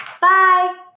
Bye